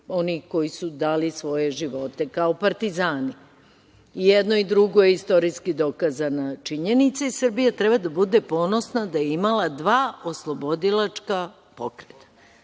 onih koji su dali svoje živote kao partizani? I jedno i drugo je istorijski dokazana činjenica i Srbija treba da bude ponosna da je imala dva oslobodilačka pokreta.